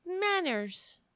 manners